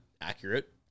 Accurate